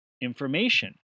information